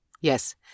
Yes